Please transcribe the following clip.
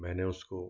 मैंने उसको